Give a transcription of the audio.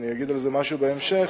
אגיד על זה משהו בהמשך,